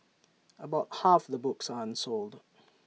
about half the books are unsold